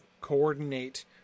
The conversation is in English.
coordinate